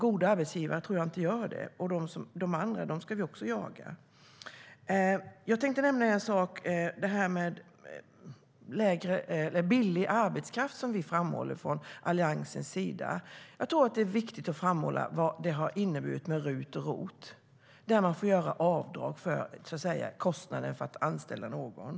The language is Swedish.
Goda arbetsgivare tror jag inte gör så, och de andra ska vi jaga. Jag tänkte nämna detta med billig arbetskraft, som vi från Alliansens sida framhåller. Jag tror att det är viktigt att påpeka vad RUT och ROT har inneburit, där man får göra avdrag för kostnader för att anställa någon.